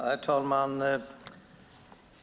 Herr talman!